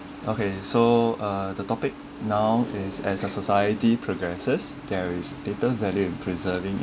okay so uh the topic now is as a society progresses there is little value in preserving it